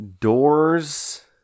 Doors